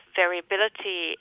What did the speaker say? variability